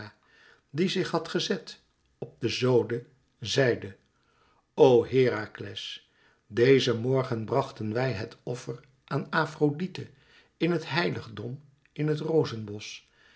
die zich had gezet op de zode zeide o herakles dezen morgen brachten wij het offer aan afrodite in het heiligdom in het